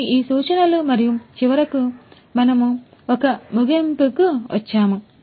ఇవి ఈ సూచనలు మరియు చివరకు మనము ఒక ముగింపుకు వచ్చాము